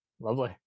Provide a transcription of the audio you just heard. Lovely